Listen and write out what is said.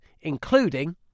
including